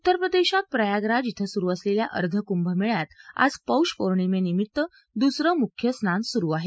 उत्तरप्रदेशात प्रयागराज ॐ सुरु असलेल्या अर्धकुभमेळ्यात आज पौष पौर्णिमेनिमित्त दुसरं मुख्य स्नान सुरु आहे